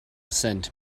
sent